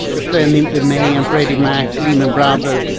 the fannie mae and freddie mac, lehman brothers,